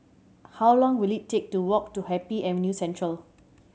how long will it take to walk to Happy Avenue Central